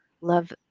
love